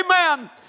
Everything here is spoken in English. amen